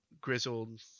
grizzled